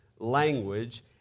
language